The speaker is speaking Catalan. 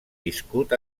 viscut